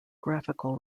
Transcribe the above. graphical